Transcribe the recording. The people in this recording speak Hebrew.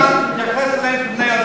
לא הגיע הזמן שתתייחס אליהם כאל בני-אדם,